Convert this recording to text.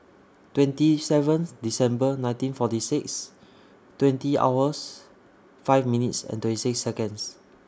twenty seventh December nineteen forty six twenty hours five minutes and twenty six Seconds